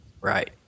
Right